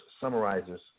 summarizes